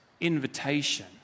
invitation